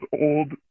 old